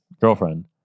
girlfriend